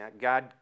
God